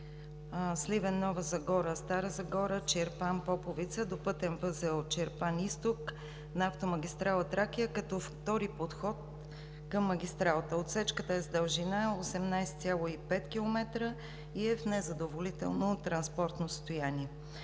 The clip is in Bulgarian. Сливен – Hова Загора – Стара Загора – Чирпан – Поповица до пътен възел „Чирпан-изток“ на автомагистрала „Тракия“ като втори подход към магистралата. Отсечката е с дължина 18,5 км и е в незадоволително транспортно състояние.